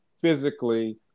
physically